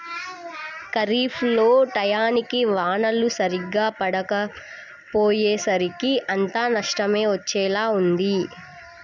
ఖరీఫ్ లో టైయ్యానికి వానలు సరిగ్గా పడకపొయ్యేసరికి అంతా నష్టమే వచ్చేలా ఉంది